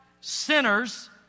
sinners